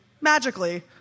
magically